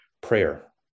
prayer